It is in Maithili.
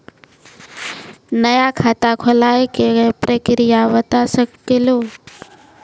नया खाता खुलवाए के प्रक्रिया बता सके लू?